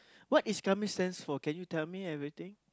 what is come is stands for can you tell me everything